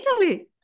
Italy